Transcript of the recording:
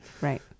Right